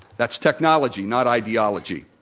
that's technology, not ideology,